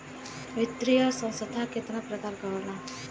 वित्तीय संस्था कितना प्रकार क होला?